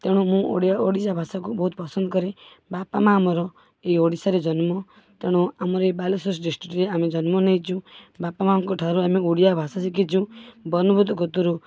ତେଣୁ ମୁଁ ଓଡ଼ିଆ ଓଡ଼ିଶା ଭାଷାକୁ ବହୁତ ପସନ୍ଦ କରେ ବାପା ମାଆ ଆମର ଏଇ ଓଡ଼ିଶାରେ ଜନ୍ମ ତେଣୁ ଆମର ଏ ବାଲେଶ୍ୱର ଡିଷ୍ଟ୍ରିକ୍ଟରେ ଆମେ ଜନ୍ମ ନେଇଛୁ ବାପା ମାଆଙ୍କ ଠାରୁ ଆମେ ଓଡ଼ିଆ ଭାଷା ଶିଖିଛୁ ବର୍ଣ୍ଣବୋଧ କତୁରୁ